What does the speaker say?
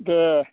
दे